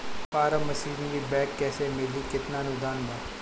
Form machinery bank कैसे मिली कितना अनुदान बा?